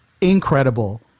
Incredible